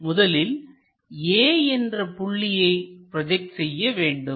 முதலில் A என்ற புள்ளியை ப்ரோஜெக்ட் செய்ய வேண்டும்